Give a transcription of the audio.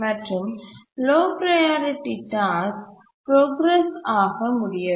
மற்றும் low priority task progress ஆக முடியவில்லை